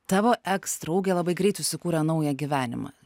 tavo eksdraugė labai greit susikūrė naują gyvenimą